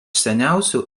seniausių